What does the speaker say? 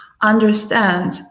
understand